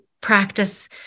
practice